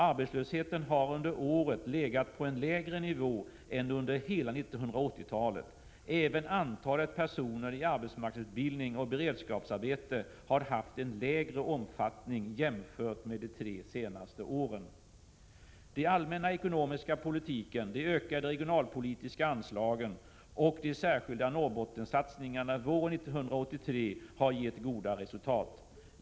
Arbetslösheten har under året legat på en lägre nivå än under hela 1980-talet. Även antalet personer i arbetsmarknadsutbildning och beredskapsarbete har haft en lägre omfattning jämfört med de tre senaste åren.” Den allmänna ekonomiska politiken, de ökade regionalpolitiska anslagen och de särskilda Norrbottensatsningarna våren 1983 har givit goda resultat.